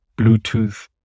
Bluetooth